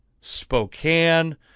Spokane